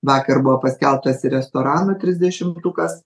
vakar buvo paskelbtas restoranų trisdešimtukas